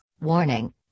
Warning